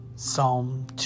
Psalm